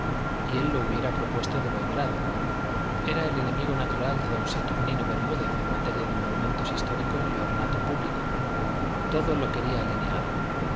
y él lo hubiera propuesto de buen grado era el enemigo natural de d saturnino bermúdez en materia de monumentos históricos y ornato público todo lo quería alineado